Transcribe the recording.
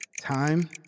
Time